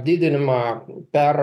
didinimą per